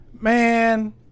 Man